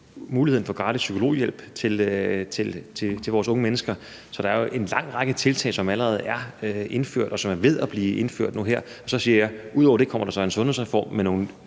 muligheden for udvidet gratis psykologhjælp til vores unge mennesker. Så der er jo en lang række tiltag, som allerede er indført, og som er ved at blive indført her og nu. Og så siger jeg, at ud over det kommer der så en sundhedsreform med nogle